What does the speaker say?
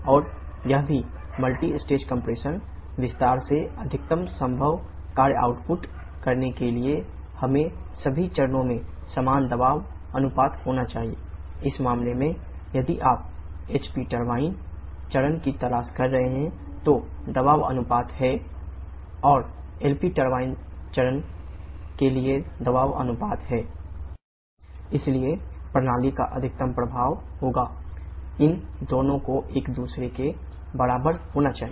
और यह भी मल्टीस्टेज कंप्रेसर चरण की तलाश कर रहे हैं तो दबाव अनुपात है P3P4 और LP टरबाइन चरण के लिए दबाव अनुपात है P5P6 इसलिए प्रणाली का अधिकतम प्रभाव होगा इन दोनों को एक दूसरे के बराबर होना चाहिए